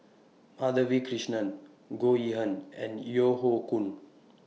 Madhavi Krishnan Goh Yihan and Yeo Hoe Koon